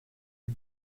who